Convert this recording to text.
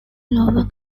lower